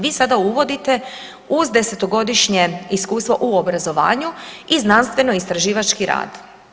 Vi sada uvodite uz 10-to godišnje iskustvo u obrazovanju i znanstveno-istraživački rad.